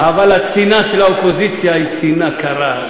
אבל הצינה של האופוזיציה היא צינה קרה,